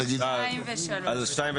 2 ו-3.